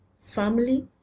family